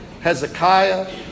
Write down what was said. Hezekiah